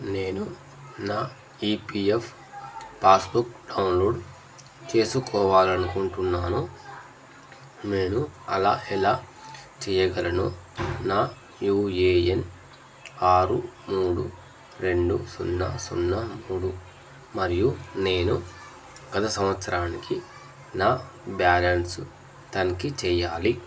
నేను నా EPF passbook download చేసుకోవాలనుకుంటున్నాను నేను అలా ఎలా చెయ్యగలను నా యూఏఎన్ ఆరు మూడు రెండు సున్నా సున్నా మూడు మరియు నేను గత సంవత్సరానికి నా బ్యాలెన్సు తనిఖీ చెయ్యాలి